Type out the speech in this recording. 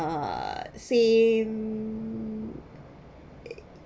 uh same